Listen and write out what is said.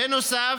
בנוסף,